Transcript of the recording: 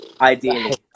ideally